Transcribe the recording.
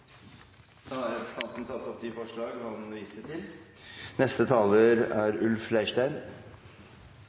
Da har representanten Kari Henriksen tatt opp det forslaget hun refererte til.